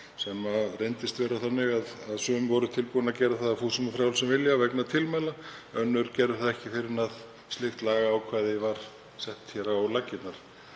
sem reyndist vera þannig að sum voru tilbúin að gera það af fúsum og frjálsum vilja vegna tilmæla, en önnur gerðu það ekki fyrr en slíkt lagaákvæði var sett á laggirnar.